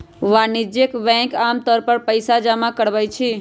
वाणिज्यिक बैंक आमतौर पर पइसा जमा करवई छई